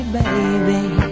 Baby